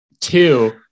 Two